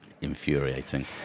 infuriating